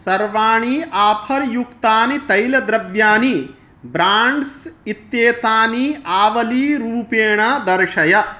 सर्वाणि आफर् युक्तानि तैलद्रव्यानि ब्राण्ड्स् इत्येतानि आवलीरूपेण दर्शय